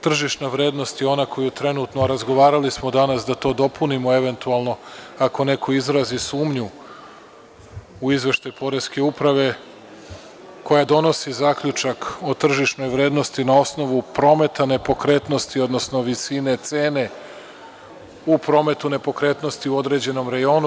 Tržišna vrednost je ona koju trenutno, razgovarali smo danas da to dopunimo, ako neko izrazi sumnju u izveštaj poreske uprave, koja donosi zaključak o tržišnoj vrednosti na osnovu prometa nepokretnosti, odnosno visine cene u prometu nepokretnosti u određenom rejonu.